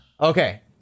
Okay